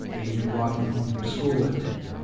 and you're walking home from school with it,